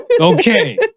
Okay